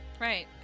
Right